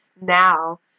now